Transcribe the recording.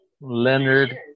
Leonard